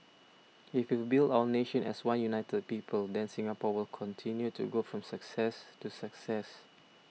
if we build our nation as one united people then Singapore will continue to go from success to success